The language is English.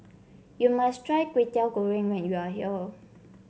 you must try Kwetiau Goreng when you are here